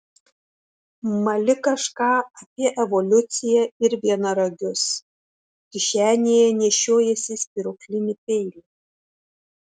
mali kažką apie evoliuciją ir vienaragius kišenėje nešiojiesi spyruoklinį peilį